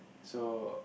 so